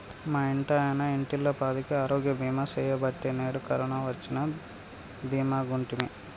మా ఇంటాయన ఇంటిల్లపాదికి ఆరోగ్య బీమా సెయ్యబట్టే నేడు కరోన వచ్చినా దీమాగుంటిమి